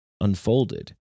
unfolded